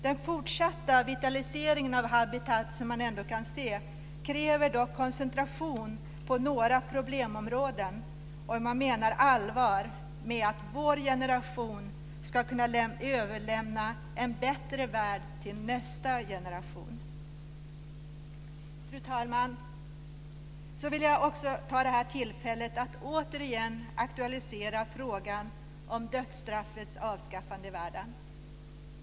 Den fortsatta vitaliseringen av Habitat som man ändå kan se kräver dock koncentration på några problemområden om man menar allvar med att vår generation ska kunna överlämna en bättre värld till nästa generation. Fru talman! Jag vill också passa på tillfället att återigen aktualisera frågan om dödsstraffets avskaffande i världen.